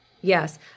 Yes